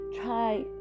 try